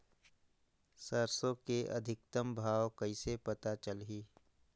सरसो के अधिकतम भाव कइसे पता चलही?